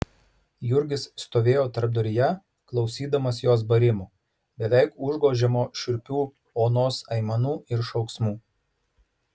jurgis stovėjo tarpduryje klausydamas jos barimo beveik užgožiamo šiurpių onos aimanų ir šauksmų